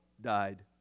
died